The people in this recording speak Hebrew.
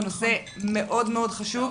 זה נושא מאוד מאוד חשוב.